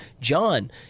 John